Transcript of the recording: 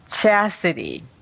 chastity